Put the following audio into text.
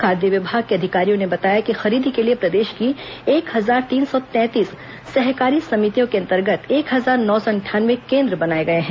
खाद्य विभाग के अधिकारियों ने बताया कि खरीदी के लिए प्रदेश की एक हजार तीन सौ तैंतीस सहकारी समितियों के अंतर्गत एक हजार नौ सौ अंठानवे केन्द्र बनाए गए हैं